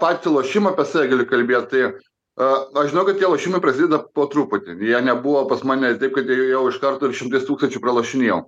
patį lošimą apie save galiu kalbėt tai aš žinau kad tie prasideda po truputį jie nebuvo pas mane taip kad ėjau iš karto ir šimtais tūkstančių pralošinėjau